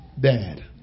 dad